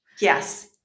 Yes